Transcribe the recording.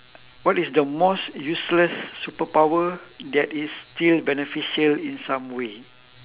what is the most useless superpower that is still beneficial in some way